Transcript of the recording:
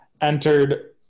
entered